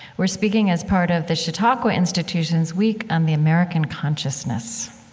we're speaking as part of the chautauqua institution's week on the american consciousness